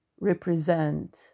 represent